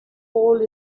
hole